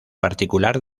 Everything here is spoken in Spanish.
particular